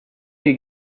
have